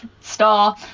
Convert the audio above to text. star